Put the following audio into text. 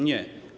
Nie.